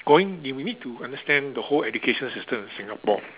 going you may need to understand the whole education system in Singapore